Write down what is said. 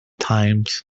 times